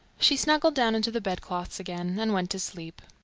she snuggled down into the bedclothes again, and went to sleep.